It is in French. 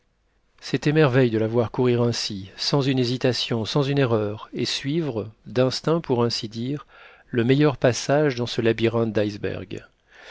c'était merveille de la voir courir ainsi sans une hésitation sans une erreur et suivre d'instinct pour ainsi dire le meilleur passage dans ce labyrinthe d'icebergs